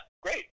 great